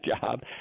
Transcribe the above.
job